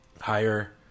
Higher